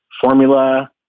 formula